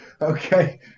okay